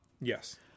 Yes